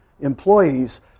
employees